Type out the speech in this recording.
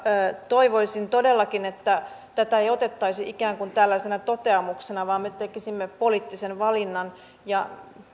toivoisin todellakin että tätä ei otettaisi ikään kuin tällaisena toteamuksena vaan me tekisimme poliittisen valinnan